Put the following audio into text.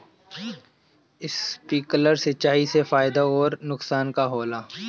Sprinkler सिंचाई से फायदा अउर नुकसान का होला?